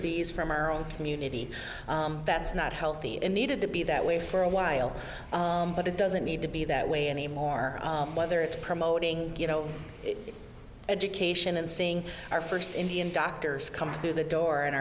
bees from our own community that's not healthy and needed to be that way for a while but it doesn't need to be that way anymore whether it's promoting you know education and seeing our first indian doctors come through the door